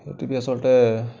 T V আচলতে